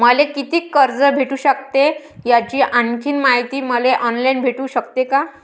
मले कितीक कर्ज भेटू सकते, याची आणखीन मायती मले ऑनलाईन भेटू सकते का?